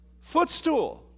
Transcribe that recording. Footstool